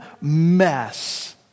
mess